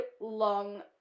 long